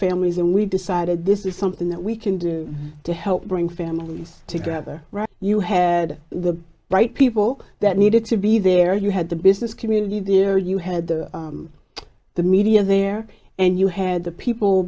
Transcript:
families and we decided this is something that we can do to help bring families together right you had the right people that needed to be there you had the business community there you had the media there and you had the people